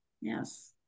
yes